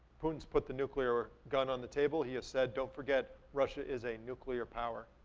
putin's put the nuclear gun on the table. he has said, don't forget, russia is a nuclear power.